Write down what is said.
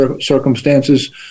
circumstances